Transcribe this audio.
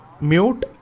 mute